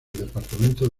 departamento